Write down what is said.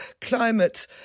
climate